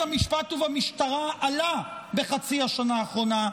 המשפט ובמשטרה עלה בחצי השנה האחרונה,